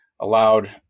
allowed